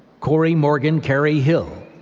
kori morgan-carrie hill,